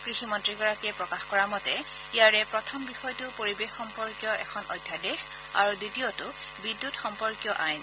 কৃষিমন্ত্ৰীগৰাকীয়ে প্ৰকাশ কৰা মতে ইয়াৰে প্ৰথম বিষয়টো পৰিৱেশ সম্পৰ্কীয় এখন অধ্যাদেশ আৰু দ্বিতীয়টো বিদ্যুৎ সম্পৰ্কীয় আইন